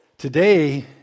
Today